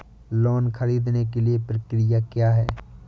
Loan ख़रीदने के लिए प्रक्रिया क्या है?